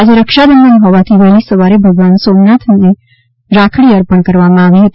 આજે રક્ષાબંધન હોવાથી વહેલી સવારે ભગવાન સોમનાથ મહાદેવને રાખડી અર્પણ કરવામાં આવી હતી